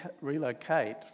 relocate